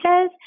says